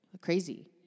Crazy